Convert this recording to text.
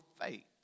faith